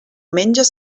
menges